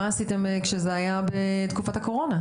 מה עשיתם כשזה היה בתקופת הקורונה?